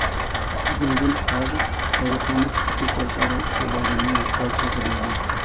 गुनगुन आज एरोपोनिक्स के प्रकारों के बारे में विस्तार से पढ़ेगी